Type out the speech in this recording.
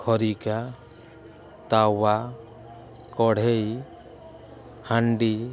ଖଡ଼ିକା ତାୱା କଢ଼େଇ ହାଣ୍ଡି